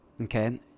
okay